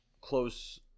close